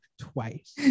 twice